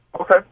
Okay